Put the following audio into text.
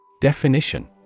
Definition